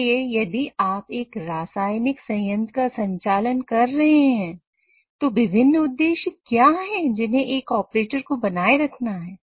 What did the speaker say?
इसलिए यदि आप एक रासायनिक संयंत्र का संचालन कर रहे हैं तो विभिन्न उद्देश्य क्या है जिन्हें एक ऑपरेटर को बनाए रखना है